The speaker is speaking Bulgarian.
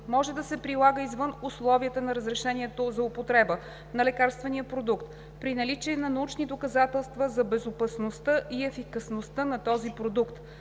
може да се прилага извън условията на разрешението за употреба на лекарствения продукт, при наличие на научни доказателства за безопасността и ефикасността на този продукт.